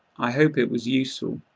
i hope it was useful.